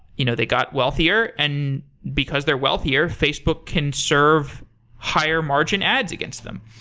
you know they got wealthier, and because they're wealthier, facebook can serve higher margin ads against them.